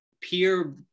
peer